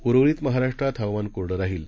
उर्वरीत महाराष्ट्रात हवामान कोरडं राहील